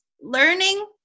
learning